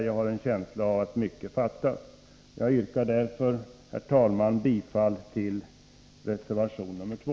Jag har en känsla av att det fattas mycket i det avseendet. Jag yrkar därför, herr talman, bifall till reservation nr 2.